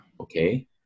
okay